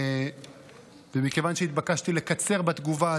ומכיוון שהתבקשתי לקצר בתגובה,